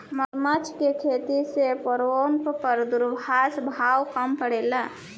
मगरमच्छ के खेती से पर्यावरण पर दुष्प्रभाव कम पड़ेला